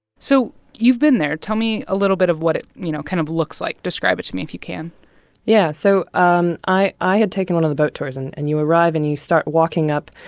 so you've been there. tell me a little bit of what it, you know, kind of looks like. describe it to me if you can yeah. so um i i had taken one of the boat tours. and and you arrive and you start walking up.